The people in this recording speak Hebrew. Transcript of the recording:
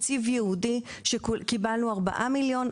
תקציב ייעודי, שקיבלנו ארבעה מיליון.